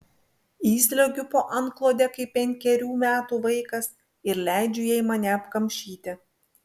įsliuogiu po antklode kaip penkerių metų vaikas ir leidžiu jai mane apkamšyti